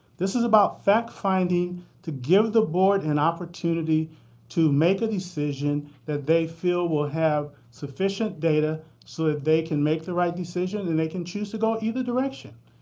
this is about fact finding to give the board an opportunity to make a decision that they feel will have sufficient data, so ah they can make the right decision, and they can choose to go either direction.